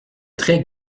très